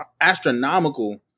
astronomical